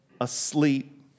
asleep